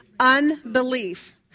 unbelief